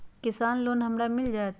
किसान लोन हमरा मिल जायत?